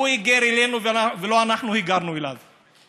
הוא היגר אלינו ולא אנחנו היגרנו אליו,